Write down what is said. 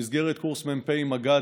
במסגרת קורס מ"פים-מג"דים,